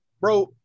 bro